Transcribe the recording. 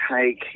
take